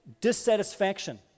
dissatisfaction